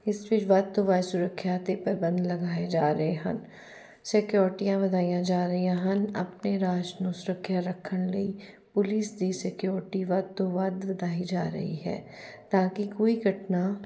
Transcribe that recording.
ਇਸ ਵਿੱਚ ਵੱਧ ਤੋਂ ਵੱਧ ਸੁਰੱਖਿਆ ਅਤੇ ਪ੍ਰਬੰਧ ਲਗਾਏ ਜਾ ਰਹੇ ਹਨ ਸਿਕਿਉਰਟੀਆਂ ਵਧਾਈਆਂ ਜਾ ਰਹੀਆਂ ਹਨ ਆਪਣੇ ਰਾਜ ਨੂੰ ਸੁਰੱਖਿਆ ਰੱਖਣ ਲਈ ਪੁਲਿਸ ਦੀ ਸਕਿਉਰਟੀ ਵੱਧ ਤੋਂ ਵੱਧ ਲਗਾਈ ਜਾ ਰਹੀ ਹੈ ਤਾਂ ਕਿ ਕੋਈ ਘਟਨਾ